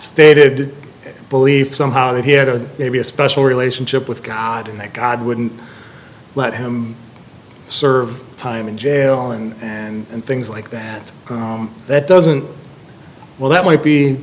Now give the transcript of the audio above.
stated to believe somehow that he had a maybe a special relationship with god and that god wouldn't let him serve time in jail and and things like that that doesn't well that might be